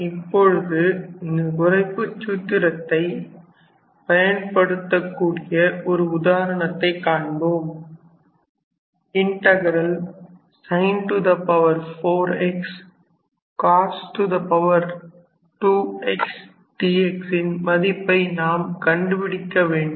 இப்போது இந்த குறைப்புச் சூத்திரத்தைப் பயன்படுத்தக் கூடிய ஒரு உதாரணத்தைக் காண்போம் sin 4x cos 2 x dx ன் மதிப்பை நாம் கண்டுபிடிக்க வேண்டும்